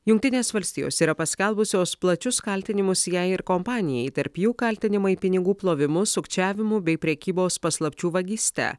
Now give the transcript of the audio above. jungtinės valstijos yra paskelbusios plačius kaltinimus jai ir kompanijai tarp jų kaltinimai pinigų plovimu sukčiavimu bei prekybos paslapčių vagyste